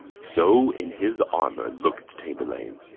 so in his armour looketh tamburlaine.